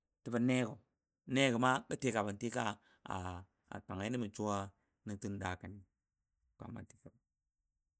Təbə nego nego təgən gə tɨka bən tɨka kanga ni mə suwa tun da kənin be kwaama tɨka bən a danyo.